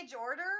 order